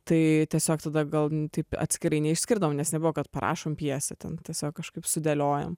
tai tiesiog tada gal taip atskirai neišskridavom nes nebuvo kad prašom pjesę ten tiesiog kažkaip sudėliojam